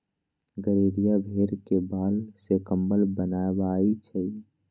गड़ेरिया भेड़ के बाल से कम्बल बनबई छई